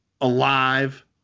Alive